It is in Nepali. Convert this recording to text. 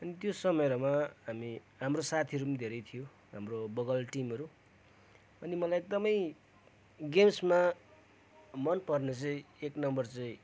अनि त्यो समयहरूमा हाम्रो साथीहरू पनि धेरै थियो हाम्रो बगल टिमहरू अनि मलाई एकदमै गेम्समा मन पर्ने चाहिँ एक नम्बर चाहिँ